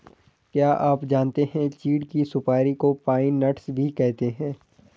क्या आप जानते है चीढ़ की सुपारी को पाइन नट्स भी कहते है?